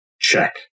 check